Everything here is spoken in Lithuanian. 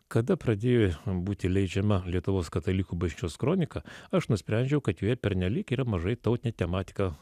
kada pradėjo būti leidžiama lietuvos katalikų bažnyčios kronika aš nusprendžiau kad joje pernelyg yra mažai tautine tematika